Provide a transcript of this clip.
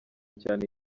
cyane